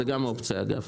זו גם אופציה אגב.